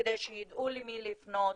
כדי שיידעו למי לפנות.